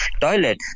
toilet